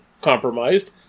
compromised